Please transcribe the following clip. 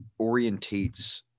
orientates